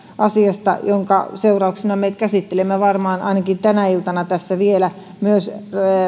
asiasta minkä seurauksena me käsittelemme varmaan ainakin tänä iltana tässä vielä myös